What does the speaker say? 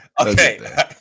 Okay